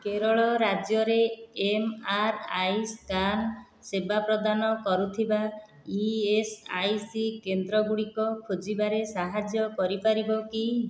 କେରଳ ରାଜ୍ୟରେ M R I scan ସେବା ପ୍ରଦାନ କରୁଥିବା ଇ ଏସ୍ ଆଇ ସି କେନ୍ଦ୍ରଗୁଡ଼ିକ ଖୋଜିବାରେ ସାହାଯ୍ୟ କରିପାରିବ କି